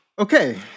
Okay